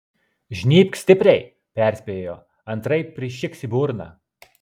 žnybk stipriai perspėjo antraip prišiks į burną